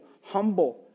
humble